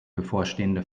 bevorstehende